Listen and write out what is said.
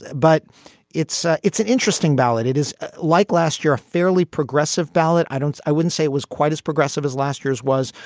but it's ah it's an interesting ballad. it is like last year a fairly progressive ballot. i don't i wouldn't say it was quite as progressive as last year's was.